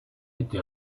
été